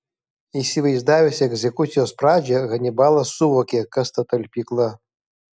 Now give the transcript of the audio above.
įsivaizdavęs egzekucijos pradžią hanibalas suvokė kas ta talpykla